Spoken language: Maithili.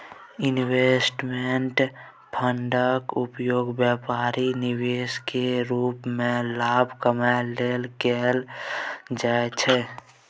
इंवेस्टमेंट फंडक उपयोग बेपारिक निवेश केर रूप मे लाभ कमाबै लेल कएल जाइ छै